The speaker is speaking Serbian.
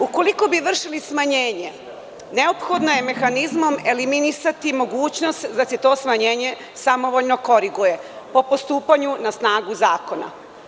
Ukoliko bi vršili smanjenje, neophodno je mehanizmom eliminisati mogućnost da se to smanjenje samovoljno koriguje po postupanju na snagu zakona.